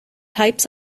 types